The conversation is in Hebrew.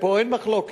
פה אין מחלוקת.